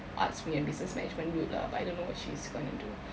arts and business management route lah but I don't know what she's gonna do